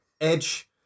Edge